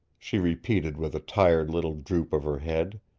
she repeated with a tired little droop of her head.